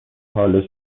حالش